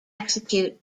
execute